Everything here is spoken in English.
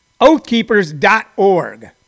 Oathkeepers.org